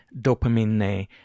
dopamine